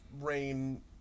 rain